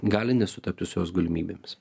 gali nesutapti su jos galimybėmis